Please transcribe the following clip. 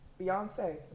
Beyonce